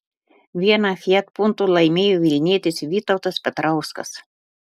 vieną fiat punto laimėjo vilnietis vytautas petrauskas